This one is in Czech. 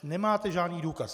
Nemáte žádný důkaz.